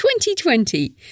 2020